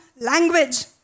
language